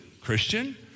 Christian